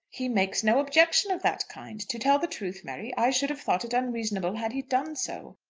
he makes no objection of that kind. to tell the truth, mary, i should have thought it unreasonable had he done so.